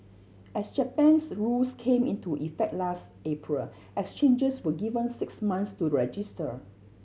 as Japan's rules came into effect last April exchanges were given six months to register